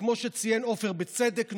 וכמו שציין עפר בצדק,